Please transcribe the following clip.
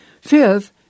Fifth